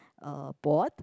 uh board